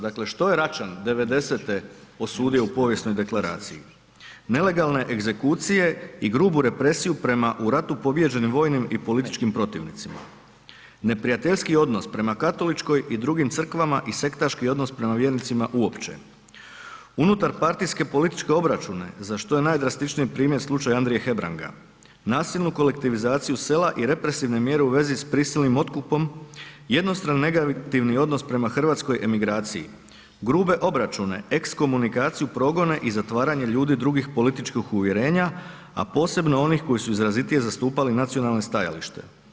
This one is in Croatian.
Dakle, što je Račan 90-e osudio u povijesnoj deklaraciji; nelegalne egzekucije i grubu represiju prema u ratu pobijeđenim vojnim i političkim protivnicima, neprijateljski odnos prema katoličkoj i drugim crkvama i sektaški odnos prema vjernicima uopće, unutarpartijske političke obračune za što je najdrastičniji primjer slučaja Andrije Hebranga, nasilnu kolektivizaciju sela i represivne mjere u vezi s prisilnim otkupom, jednostrano negativni odnos prema hrvatskoj emigraciji, grupe obračune, ex-komunikaciju, progone i zatvaranje ljudi drugih političkih uvjerenja, a posebno onih koji si izrazitije zastupali nacionalne stajališta.